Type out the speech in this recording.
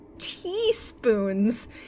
Teaspoons